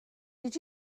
did